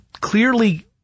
clearly